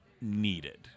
needed